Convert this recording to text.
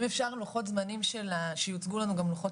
אם אפשר לוחות זמנים שיוצגו לנו גם לוחות